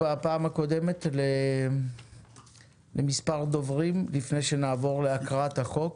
בפעם הקודמת התחייבנו למספר דוברים וזאת לפני שנעבור להקראת החוק.